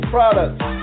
Products